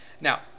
Now